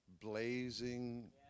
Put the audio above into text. blazing